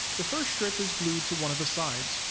the first strip is glued to one of the sides,